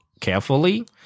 carefully